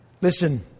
Listen